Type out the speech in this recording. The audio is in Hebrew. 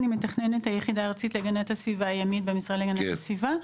אני מתכננת היחידה הארצית להגנת הסביבה הימית במשרד להגנת הסביבה.